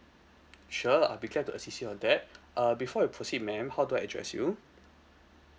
sure I'll be glad to assist you on that err before we proceed ma'am how do I address you